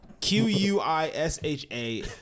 Q-U-I-S-H-A